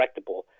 correctable